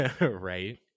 Right